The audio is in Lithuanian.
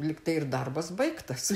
lyg tai ir darbas baigtas